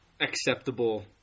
acceptable